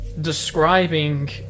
describing